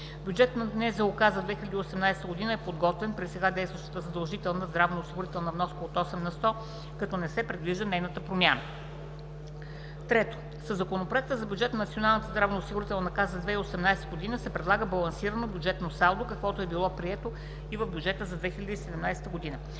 Бюджетът на НЗОК за 2018 г. е подготвен при сега действащата задължителна здравноосигурителна вноска от 8 на сто, като не се предвижда нейната промяна. ІІІ. Със Законопроекта за бюджета на Националната здравноосигурителна каса за 2018 г. се предлага балансирано бюджетно салдо, каквото е било прието и с бюджета за 2017 г.